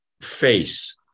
face